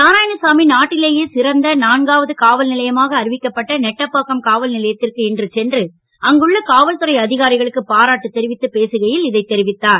நாராயணசாமி நாட்டிலேயே சிறந்த நான்காவது காவல்நிலையமாக அறிவிக்கப்பட்ட நெட்டப்பாக்கம் காவல்நிலையத்திற்கு இன்று சென்று அங்குள்ள காவல்துறை அதிகாரிகளுக்கு பாராட்டு தெரிவித்து பேசுகையில் இதை தெரிவித்தார்